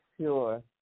sure